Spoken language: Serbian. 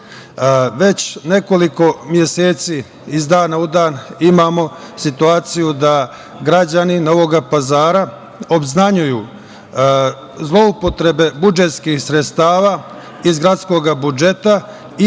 nekoliko meseci, iz dana u dan, imamo situaciju da građani Novog Pazara obznanjuju zloupotrebe budžetskih sredstava iz gradskog budžeta i